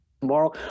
tomorrow